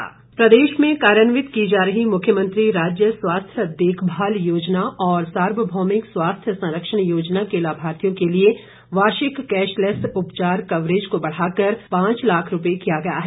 उपचार कवरेज प्रदेश में कार्यान्वित की जा रही मुख्यंमत्री राज्य स्वास्थ्य देखभाल योजना और सार्वभौमिक स्वास्थ्य संरक्षण योजना के लाभार्थियों के लिए वार्षिक कैशलैस उपचार कवरेज को बढ़ा कर पांच लाख रुपए किया गया है